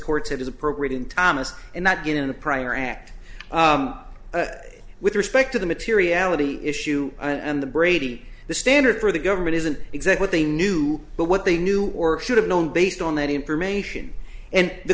courts it is appropriate in thomas and that in the prior act with respect to the materiality issue and the brady the standard for the government isn't exact what they knew but what they knew or should have known based on that information and the